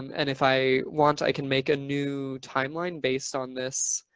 and if i want, i can make a new timeline based on this